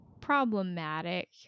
problematic